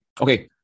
okay